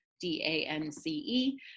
d-a-n-c-e